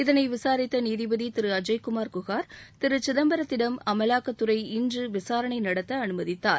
இகனை விசாரித்த நீதிபதி திரு அஐய்குமார் குஹர் திரு சிதம்பரத்திடம் அமலாக்கத்துறை இன்று விசாரணை நடத்த அனுமதித்தார்